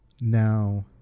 Now